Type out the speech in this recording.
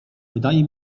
wydaje